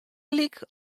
gelyk